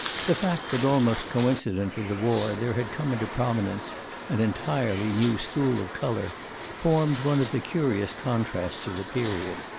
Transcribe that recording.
the fact that almost coincident with the war there had come into prominence an entirely new school of color formed one of the curious contrasts of the period.